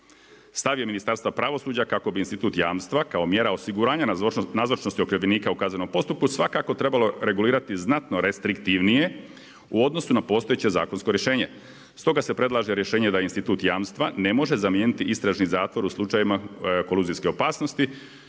Stav je Ministarstva pravosuđa kako bi institut jamstva kao mjera osiguranja nazočnosti okrivljenika u kaznenom postupku svakako trebalo regulirati znatno restriktivnije u odnosu na postojeće zakonsko rješenje. Stoga se predlaže rješenje da institut jamstva ne može zamijeniti istražni zatvor u slučajevima koluzijske opasnosti